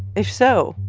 if so,